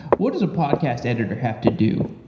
what is a podcast editor have to do?